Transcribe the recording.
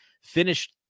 finished